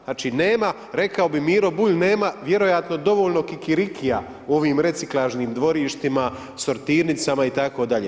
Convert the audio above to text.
Znači nema, rekao bi Miro Bulj, nema vjerojatno dovoljno kikirikija u ovim reciklažnim dvorištima, sortirnicama itd.